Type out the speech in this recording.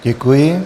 Děkuji.